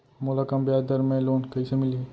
मोला कम ब्याजदर में लोन कइसे मिलही?